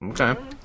Okay